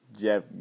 Jeff